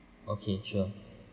okay sure